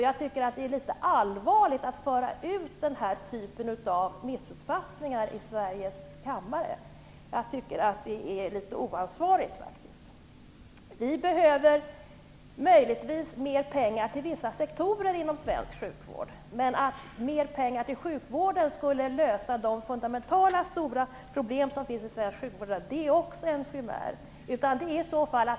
Jag tycker att det är allvarligt att föra ut denna typ av missuppfattningar i Sveriges riksdags kammare. Jag tycker faktiskt att det är litet oansvarigt. Vi behöver möjligtvis mer pengar till vissa sektorer inom svensk sjukvård, men att mer pengar till sjukvården skulle lösa de fundamentala stora problem som finns i svensk sjukvård är också en chimär.